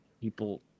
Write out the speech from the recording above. people